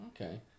Okay